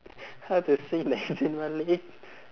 how to sing like zayn malik